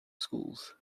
schools